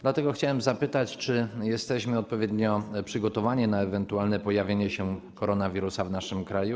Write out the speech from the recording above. Dlatego chciałbym zapytać, czy jesteśmy odpowiednio przygotowani na ewentualne pojawienie się koronawirusa w naszym kraju.